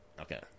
Okay